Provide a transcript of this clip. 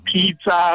Pizza